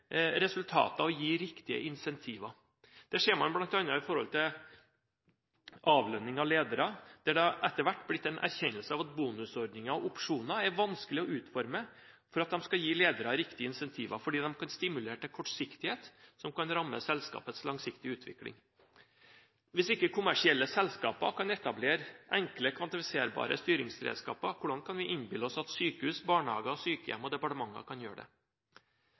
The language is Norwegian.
resultater og gi riktige incentiver. Det ser man bl.a. når det gjelder avlønning av ledere, der det etter hvert er blitt erkjent at bonusordninger og opsjoner er vanskelig å utforme slik at de skal gi ledere riktige incentiver, fordi det kan stimulere til kortsiktighet, som kan ramme selskapets langsiktige utvikling. Hvis ikke kommersielle selskaper kan etablere enkle, kvantifiserbare styringsredskaper, hvordan kan vi innbille oss at sykehus, barnehager, sykehjem og departementer kan gjøre det?